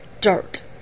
dirt